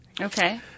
Okay